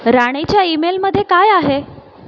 राणेच्या ईमेलमध्ये काय आहे